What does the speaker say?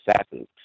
assassins